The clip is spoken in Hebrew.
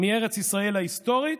מארץ ישראל ההיסטורית,